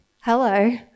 hello